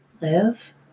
Live